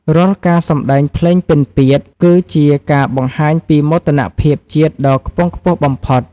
រាល់ការសម្ដែងភ្លេងពិណពាទ្យ គឺជាការបង្ហាញពីមោទនភាពជាតិដ៏ខ្ពង់ខ្ពស់បំផុត។